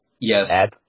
Yes